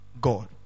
God